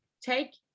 take